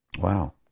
Wow